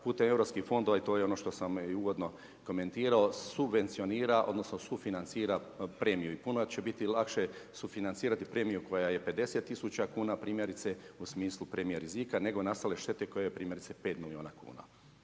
putem europskih fondova i to je ono što sam i uvodno komentirao subvencija, odnosno, sufinancira premiju. I puno će biti lakše, sufinancirati premiju koja je 50000 kn, primjerice u smislu premija rizika, nego nastale štete koja je primjerice 5 milijuna kuna.